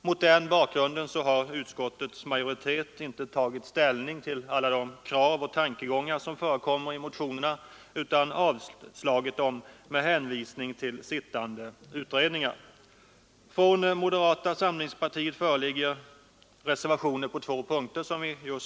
Mot den bakgrunden har utskottet inte tagit ställning till alla de krav och tankegångar som förekommer i motionerna utan avstyrkt dem med hänvisning till sittande utredningar. Från moderata samlingspartiet föreligger reservationer på två punkter.